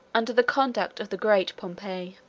under the conduct of the great pompey.